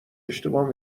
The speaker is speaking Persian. اشتباه